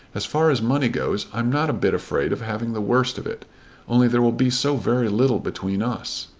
as far as money goes i'm not a bit afraid of having the worst of it only there will be so very little between us.